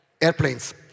airplanes